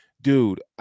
dude